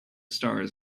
stars